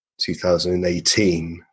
2018